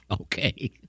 Okay